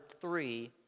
three